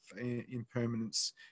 impermanence